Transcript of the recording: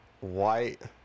white